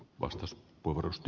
arvoisa puhemies